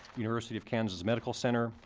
university of kansas medical center,